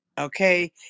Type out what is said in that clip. Okay